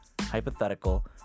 hypothetical